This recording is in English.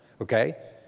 okay